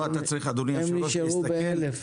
ואילו במגזר הערבי נשארו ב-1,000.